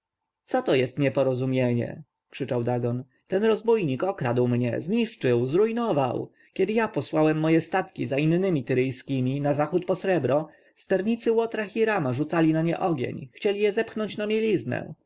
co to jest nieporozumienie krzyczał dagon ten rozbójnik okradł mnie zniszczył zrujnował kiedy ja posłałem moje statki za innemi tyryjskiemi na zachód po srebro sternicy łotra hirama rzucali na nie ogień chcieli je zepchnąć na mieliznę